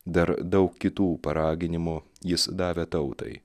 dar daug kitų paraginimų jis davė tautai